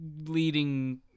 leading